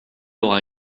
aura